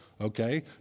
okay